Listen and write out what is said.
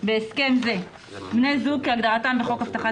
בהסכם זה- "בני זוג"- כהגדרתם בחוק הבטחת